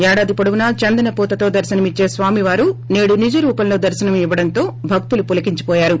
ఏడాది పొడవునా చందన పూతతో ేదర్సనమిచ్చే స్వామివారు నేడు నిజరూపంలో దర్సనం ఇవ్వడంతో భకులు పులకించి హోయారు